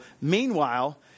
meanwhile